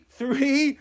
three